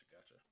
gotcha